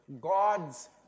God's